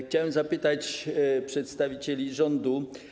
Chciałem zapytać przedstawicieli rządu.